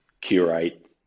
curate